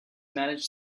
managed